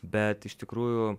bet iš tikrųjų